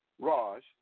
Raj